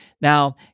Now